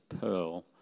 pearl